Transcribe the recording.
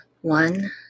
one